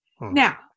Now